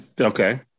Okay